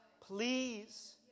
Please